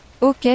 Ok